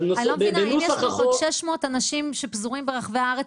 אם יש לך 600 אנשים שפזורים ברחבי הארץ